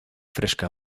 fresca